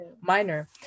minor